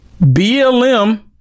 BLM